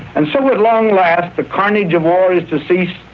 and so at long last the carnage of war is to cease,